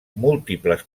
múltiples